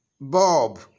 Bob